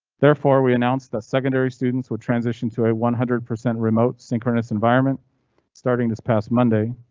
therefore, we announced the secondary students will transition to a one hundred percent remote synchronous environment starting this past monday.